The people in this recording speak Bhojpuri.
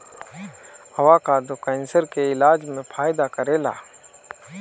अवाकादो कैंसर के इलाज में फायदा करेला